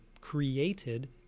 created